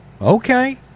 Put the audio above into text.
okay